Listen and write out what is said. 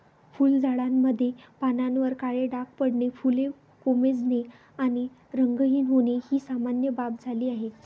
फुलझाडांमध्ये पानांवर काळे डाग पडणे, फुले कोमेजणे आणि रंगहीन होणे ही सामान्य बाब झाली आहे